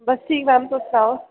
बस ठीक मैम तुस सनाओ